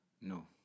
No